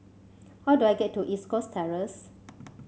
how do I get to East Coast Terrace